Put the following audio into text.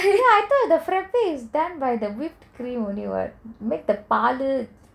I thought the frappe is done by the whipped cream only [what] make the paalu